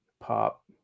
Pop